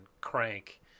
crank